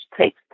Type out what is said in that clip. takes